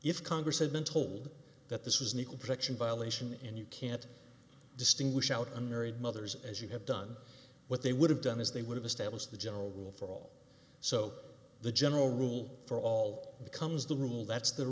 if congress had been told that this was an equal protection violation and you can't distinguish out unmarried mothers as you have done what they would have done is they would have established the general rule for all so the general rule for all becomes the rule that's the